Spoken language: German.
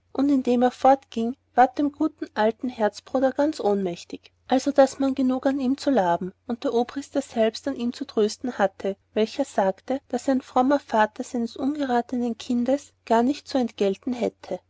und indem er fortgieng ward dem guten alten herzbruder ganz ohnmächtig also daß man genug an ihm zu laben und der obrister selbst an ihm zu trösten hatte welcher sagte daß ein frommer vatter seines ungeratenen kindes gar nicht zu entgelten hätte